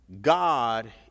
god